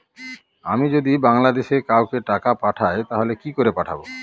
আমি যদি বাংলাদেশে কাউকে টাকা পাঠাই তাহলে কি করে পাঠাবো?